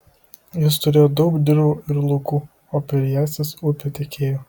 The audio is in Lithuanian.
jis turėjo daug dirvų ir laukų o per jąsias upė tekėjo